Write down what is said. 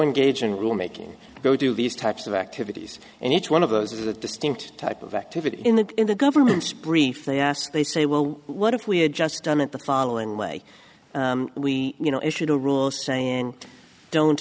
gauging rulemaking go do these types of activities and each one of those is a distinct type of activity in the in the government's brief they ask they say well what if we had just done it the following way we you know issued a rule saying don't